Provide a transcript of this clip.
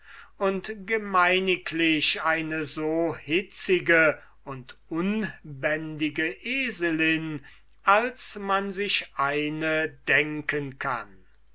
und gemeiniglich eine so hitzige und unbändige eselin als man sich eine denken kann